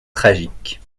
tragique